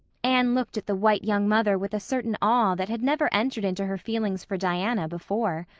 anne looked at the white young mother with a certain awe that had never entered into her feelings for diana before.